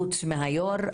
חוץ מהיו"ר,